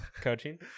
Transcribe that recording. coaching